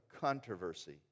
controversy